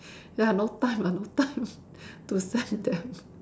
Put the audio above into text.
ya no time ah no time to send them